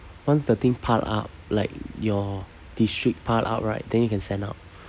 once the thing pile up like your district pile up right then you can send out